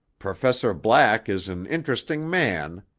professor black is an interesting man,